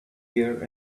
ear